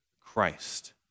Christ